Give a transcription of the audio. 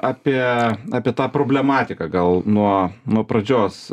apie apie tą problematiką gal nuo nuo pradžios